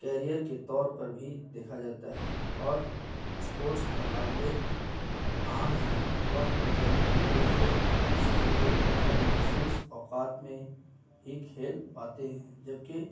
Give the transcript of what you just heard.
career کے طور پر بھی دیکھا جاتا ہے اور اسپورٹس مقابلے عام ہیں وقت کی کمی کی وجہ سے شہری لوگ اکثر مخصوص اوقات میں ہی کھیل پاتے ہیں جبکہ